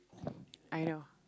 I know